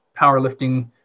powerlifting